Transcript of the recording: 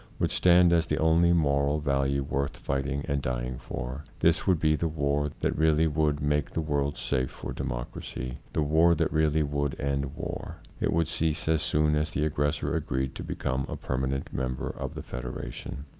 would stand as the only moral value worth fighting and dying for. this would be the war that really would make the world safe for democracy, the war that really would end war. it would cease as soon as the aggressor agreed to become a permanent member of the federation.